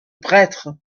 prêtre